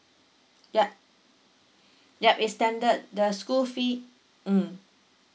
yup yup is standard the school fees mm